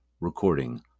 recording